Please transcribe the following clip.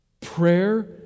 Prayer